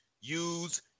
use